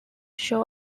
show